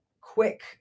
quick